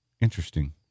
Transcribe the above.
interesting